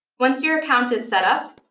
once your account is set up,